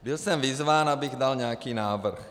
Byl jsem vyzván, abych dal nějaký návrh.